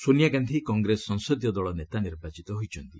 Sonia Gandhi Congress ସଂସଦୀୟ ଦଳ ନେତା ନିର୍ବାଚିତ ହୋଇଛନ୍ତି